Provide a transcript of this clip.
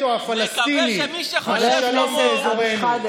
הווטו הפלסטיני על השלום באזורנו,